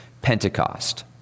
Pentecost